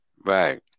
Right